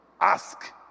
Ask